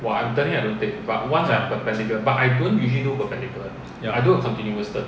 ya